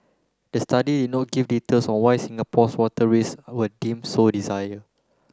the study no give details on why Singapore's water were deemed so desire